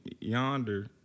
Yonder